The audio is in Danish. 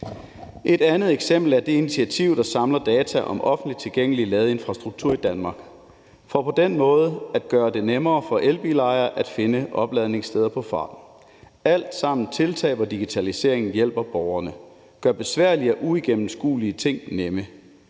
Et andet eksempel er det initiativ, der samler data om offentligt tilgængelig ladeinfrastruktur i Danmark for på den måde at gøre det nemmere for elbilejere at finde opladningssteder på farten. Det er alt sammen tiltag, hvor digitaliseringen hjælper borgerne og gør besværlige og uigennemskuelige ting nemme.